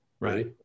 Right